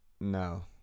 No